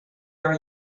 are